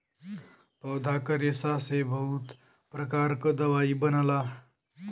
पौधा क रेशा से बहुत प्रकार क दवाई बनला